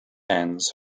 ends